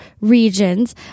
regions